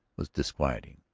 was disquieting.